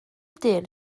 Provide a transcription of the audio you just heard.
dyn